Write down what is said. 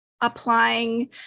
applying